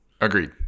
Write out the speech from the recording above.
Agreed